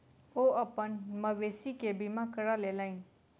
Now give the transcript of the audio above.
ओ अपन मवेशी के बीमा करा लेलैन